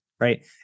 right